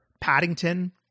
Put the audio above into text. Paddington